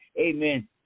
amen